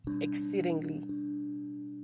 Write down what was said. exceedingly